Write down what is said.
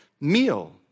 meal